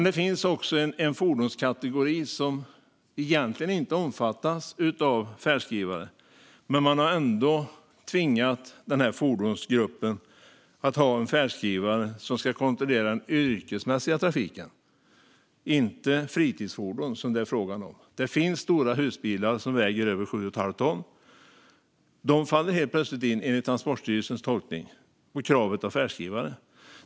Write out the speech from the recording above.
Det finns en fordonskategori som egentligen inte omfattas av färdskrivare. Men man har ändå gjort det tvingande för den fordonsgruppen att ha en färdskrivare som ska kontrollera den yrkesmässiga trafiken och inte de fritidsfordon som det här är fråga om. Det finns stora husbilar som väger över 7,5 ton. De faller enligt Transportstyrelsens tolkning helt plötsligt in under kravet på att ha färdskrivare.